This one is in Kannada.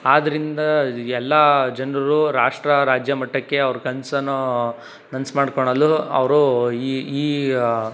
ಅದರಿಂದ ಇದು ಎಲ್ಲ ಜನರೂ ರಾಷ್ಟ್ರ ರಾಜ್ಯ ಮಟ್ಟಕ್ಕೆ ಅವರ ಕನಸನು ನನಸು ಮಾಡ್ಕೊಳಲು ಅವರೂ ಈ ಈ